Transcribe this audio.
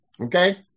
okay